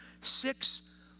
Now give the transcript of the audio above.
six